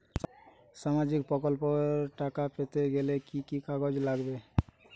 সামাজিক প্রকল্পর টাকা পেতে গেলে কি কি কাগজ লাগবে?